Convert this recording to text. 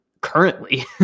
currently